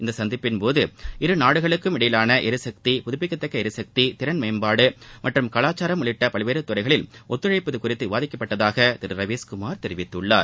இந்த சந்திப்பின்போது இருநாடுகளுக்கும் இடையேயான எரிசக்தி புதுப்பிக்கத்தக்க எரிசக்தி திறன்மேம்பாடு மற்றும் கலாச்சாரம் உள்ளிட்ட பல்வேறு துறைகளில் ஒத்துழைப்பது குறித்து விவாதித்ததாக திரு ரவீஸ்குமார் தெரிவித்துள்ளார்